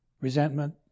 resentment